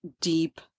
deep